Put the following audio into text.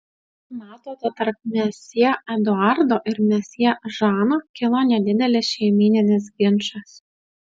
matote tarp mesjė eduardo ir mesjė žano kilo nedidelis šeimyninis ginčas